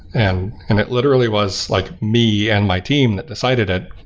and and it literally was like me and my team that decided it,